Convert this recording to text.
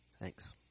Thanks